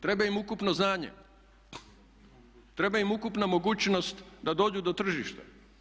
Treba im ukupno znanje, treba im ukupna mogućnost da dođu do tržišta.